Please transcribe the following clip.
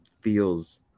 feels